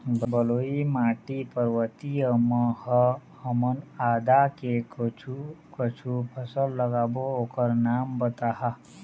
बलुई माटी पर्वतीय म ह हमन आदा के कुछू कछु फसल लगाबो ओकर नाम बताहा?